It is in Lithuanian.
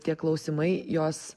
tie klausimai jos